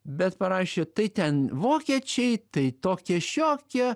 bet parašė tai ten vokiečiai tai tokie šiokie